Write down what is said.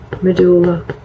medulla